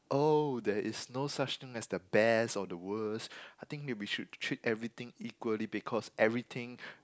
oh there is no such thing as the best or the worst I think we should treat everything equally because everything